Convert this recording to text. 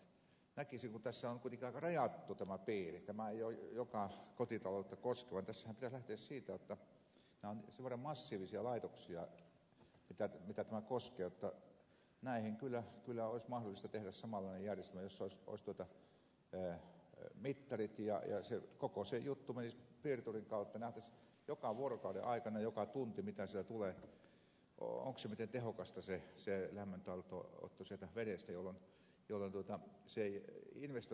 näkisin että kun tässä on kuitenkin aika rajattu tämä piiri tämä ei ole joka kotitaloutta koskeva niin tässähän pitäisi lähteä siitä nämä ovat sen verran massiivisia laitoksia mitä tämä koskee jotta näihin kyllä olisi mahdollista tehdä samanlainen järjestelmä jossa olisi mittarit ja koko se juttu menisi piirturin kautta nähtäisiin joka vuorokaudenaikana joka tunti mitä siellä tulee onko miten tehokasta se lämmön talteenotto sieltä vedestä jolloin se ei investointina olisi iso